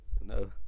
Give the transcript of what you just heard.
No